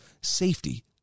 safety